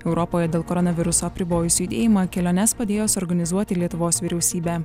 europoje dėl koronaviruso apribojus judėjimą keliones padėjo suorganizuoti lietuvos vyriausybė